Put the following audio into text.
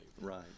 Right